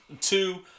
two